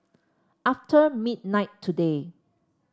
after midnight today